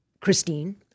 Christine